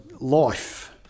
life